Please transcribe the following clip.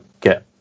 get